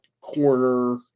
corner